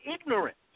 ignorant